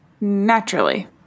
Naturally